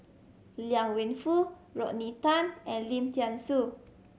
Liang Wenfu Rodney Tan and Lim Thean Soo